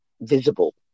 visible